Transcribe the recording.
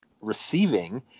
receiving